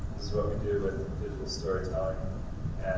so ah we do with digital storytelling